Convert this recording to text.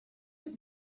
have